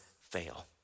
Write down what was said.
fail